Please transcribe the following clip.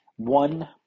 one